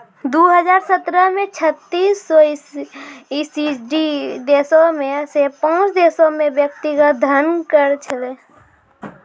दु हजार सत्रह मे छत्तीस गो ई.सी.डी देशो मे से पांच देशो पे व्यक्तिगत धन कर छलै